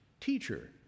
Teacher